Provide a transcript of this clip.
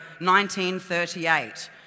1938